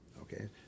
Okay